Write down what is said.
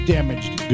Damaged